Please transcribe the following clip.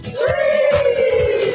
three